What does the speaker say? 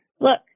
Look